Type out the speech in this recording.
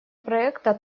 проекта